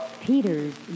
Peter's